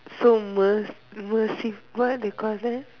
so mer~ mercy what they call that